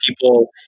people